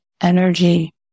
energy